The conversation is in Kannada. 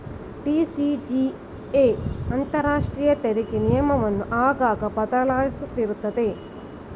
ಟಿ.ಸಿ.ಜೆ.ಎ ಅಂತರಾಷ್ಟ್ರೀಯ ತೆರಿಗೆ ನಿಯಮವನ್ನು ಆಗಾಗ ಬದಲಿಸುತ್ತಿರುತ್ತದೆ